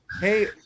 hey